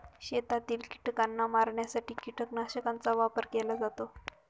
शेतातील कीटकांना मारण्यासाठी कीटकनाशकांचा वापर केला जातो